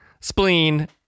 spleen